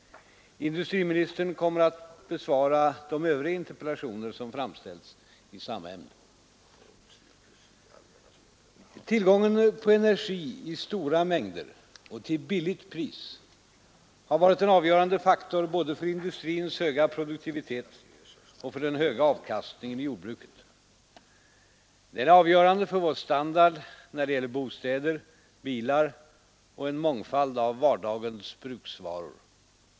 Industriministern kommer att besvara de övriga interpellationer som framställts i samma ämne. Tillgången på energi i stora mängder och till billigt pris har varit en avgörande faktor både för industrins höga produktivitet och för den höga avkastningen i jordbruket. Den är avgörande för vår standard när det gäller bostäder, bilar och en mångfald av vardagens bruksvaror.